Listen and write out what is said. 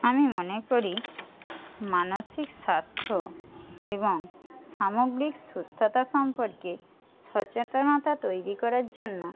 আমি মনে করি মানসিক স্বাস্থ্য এবং সামগ্রিক সুস্থতা সম্পর্কে সচেতনতা তৈরি করার জন্য